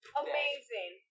amazing